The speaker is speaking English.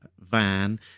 van